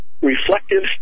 reflective